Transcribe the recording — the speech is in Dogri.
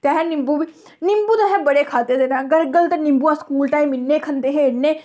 ते अहें नींबू नींंबू ते असें बड़े खाद्धे दे न गरगल ते नींबू अस स्कूल टाइम इ'न्ने खंदे हे इ'न्ने